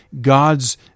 God's